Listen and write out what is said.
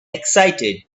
excited